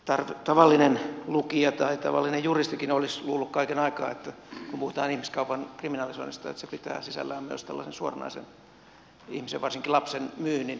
tämmöinen tavallinen lukija tai tavallinen juristikin olisi luullut kaiken aikaa että kun puhutaan ihmiskaupan kriminalisoinnista se pitää sisällään myös tällaisen suoranaisen ihmisen varsinkin lapsen myynnin